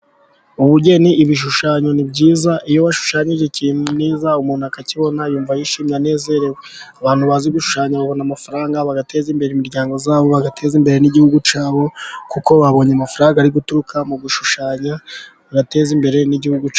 Ubugeni, ibishushanyo ni byiza, iyo washushanyije ikintu neza umuntu akakibona, yumva yishimye anezerewe. Abantu bazi gushushanya babona amafaranga, bagateza imbere imiryango yabo, bagateza imbere n'igihugu cyabo kuko babonye amafaranga ari guturuka mu gushushanya, bagateza imbere n'igihugu cyabo.